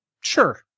Sure